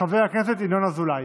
חבר הכנסת ינון אזולאי,